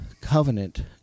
covenant